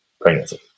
pregnancy